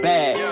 Bad